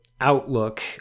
Outlook